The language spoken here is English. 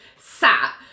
sat